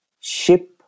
Ship